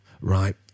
right